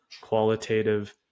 qualitative